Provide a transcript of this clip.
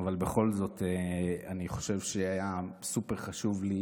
בכל זאת, אני חושב שהיה סופר-חשוב לי